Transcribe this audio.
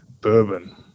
bourbon